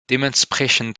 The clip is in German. dementsprechend